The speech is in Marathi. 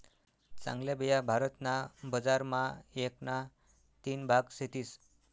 चांगल्या बिया भारत ना बजार मा एक ना तीन भाग सेतीस